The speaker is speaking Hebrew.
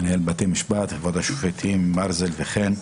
מנהל בתי המשפט, כבוד השופטים מרזל וחן.